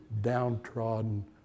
downtrodden